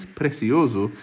precioso